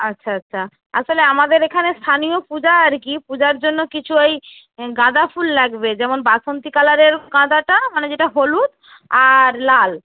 আচ্ছা আচ্ছা আসলে আমাদের এখানে স্থানীয় পূজা আর কি পূজার জন্য কিছু ওই গাঁদা ফুল লাগবে যেমন বাসন্তী কালারের গাঁদাটা মানে যেটা হলুদ আর লাল